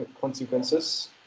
consequences